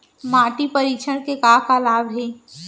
माटी परीक्षण के का का लाभ हे?